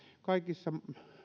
kaikissa